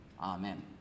amen